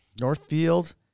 Northfield